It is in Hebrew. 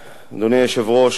אדוני היושב-ראש, כבוד השר,